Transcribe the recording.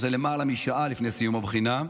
שזה יותר משעה לפני סיום הבחינה.